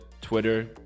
Twitter